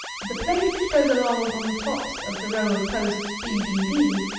the plate which goes along on the tops of the row of posts, b b b,